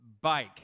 bike